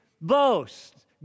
boast